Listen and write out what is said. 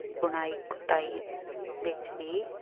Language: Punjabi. ਬੁਣਾਈ ਕੁਤਾਈ ਵਿੱਚ ਵੀ